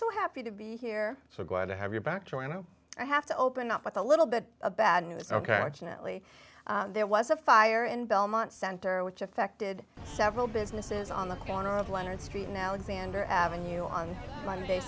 so happy to be here so glad to have your back joining us i have to open up with a little bit of bad news ok there was a fire in belmont center which affected several businesses on the corner of leonard street now xander avenue on monday